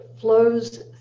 flows